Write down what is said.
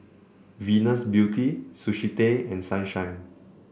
Venus Beauty Sushi Tei and Sunshine